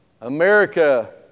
America